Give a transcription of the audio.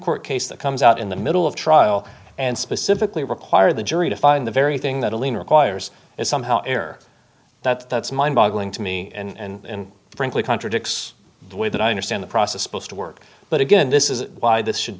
court case that comes out in the middle of trial and specifically require the jury to find the very thing that only requires is somehow error that that's mind boggling to me and frankly contradicts the way that i understand the process supposed to work but again this is why this should